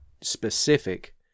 specific